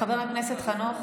חבר הכנסת חנוך.